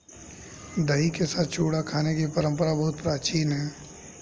दही के साथ चूड़ा खाने की परंपरा बहुत प्राचीन है